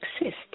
exist